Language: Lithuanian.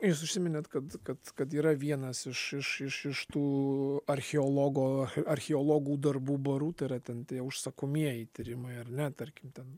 jūs užsiminėt kad kad kad yra vienas iš iš iš iš tų archeologo archeologų darbų barų tai yra ten tie užsakomieji tyrimai ar ne tarkim ten